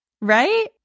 Right